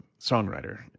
songwriter